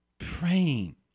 praying